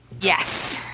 Yes